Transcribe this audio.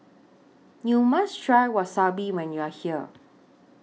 YOU must Try Wasabi when YOU Are here